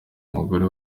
umugore